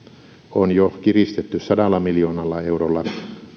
on jo kiristetty sadalla miljoonalla eurolla